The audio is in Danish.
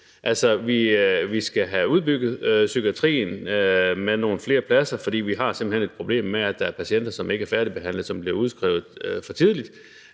vi skal have udbygget psykiatrien med nogle flere pladser, fordi vi simpelt hen har et problem med, at patienter, som ikke er færdigbehandlet, bliver udskrevet for tidligt,